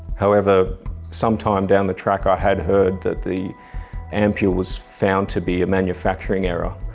however some time down the track i had heard that the ampule was found to be a manufacturing error.